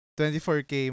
24k